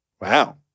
Wow